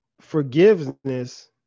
forgiveness